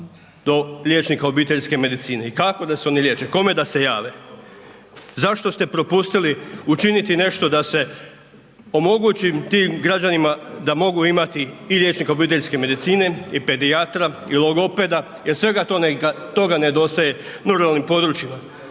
do liječnika obiteljske medicine. I kako da se oni liječe, kome da se jave? Zašto ste propustili učiniti nešto da se omogući tim građanima da mogu imati i liječnika obiteljske medicine i pedijatra i logopeda jer svega toga nedostaje na ruralnim područjima?